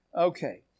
Okay